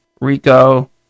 rico